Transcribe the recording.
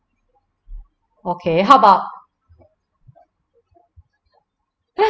okay how about